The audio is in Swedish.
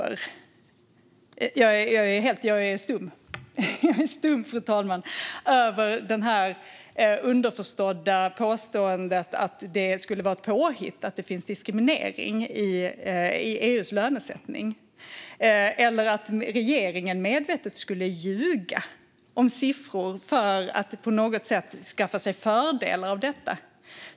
Jag är helt stum, fru talman, inför det underförstådda påståendet att det skulle vara ett påhitt att det finns diskriminering i EU:s lönesättning eller att regeringen medvetet skulle ljuga om siffror för att på något sätt skaffa sig fördelar av detta.